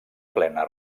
plena